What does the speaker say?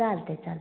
चालतंय चालतंय